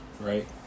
right